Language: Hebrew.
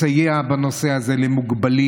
היא מסייעת למוגבלים,